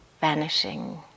vanishing